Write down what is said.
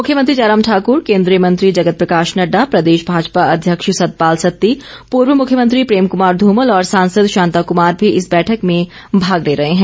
मुख्यमंत्री जयराम ठाक्र केंद्रीय मंत्री जगत प्रकाश नड्डा प्रदेश भाजपा अध्यक्ष सतपाल सत्ती पूर्व मुख्यमंत्री प्रेम कुमार धूमल और सांसद शांताकुमार भी इस बैठक में भाग ले रहे हैं